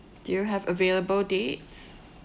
do you have available dates